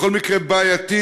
בכל מקרה בעייתית,